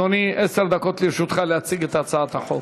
אדוני, עשר דקות לרשותך להציג את הצעת חוק.